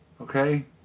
okay